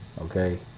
okay